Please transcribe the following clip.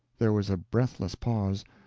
there was a breathless pause,